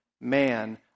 man